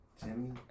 Jimmy